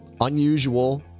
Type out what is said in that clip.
unusual